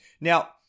Now